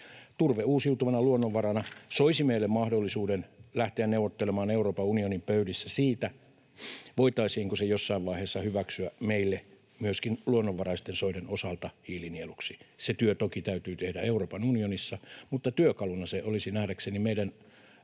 Turve uusiutuvana luonnonvarana soisi meille mahdollisuuden lähteä neuvottelemaan Euroopan unionin pöydissä siitä, voitaisiinko se jossain vaiheessa hyväksyä meille myöskin luonnonvaraisten soiden osalta hiilinieluksi. Se työ toki täytyy tehdä Euroopan unionissa, mutta työkaluna se olisi nähdäkseni meidän